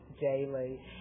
daily